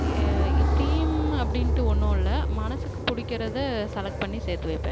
ஏ theme அப்படின்ட்டு ஒன்றும் இல்லை மனசுக்கு பிடிக்கறத செலக்ட் பண்ணி சேர்த்து வைப்பேன்